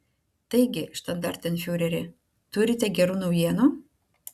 taigi štandartenfiureri turite gerų naujienų